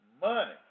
Money